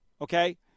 Okay